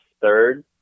third